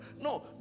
No